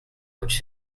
which